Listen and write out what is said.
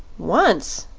once,